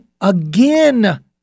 again